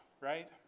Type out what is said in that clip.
right